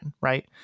right